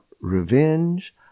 revenge